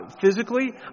physically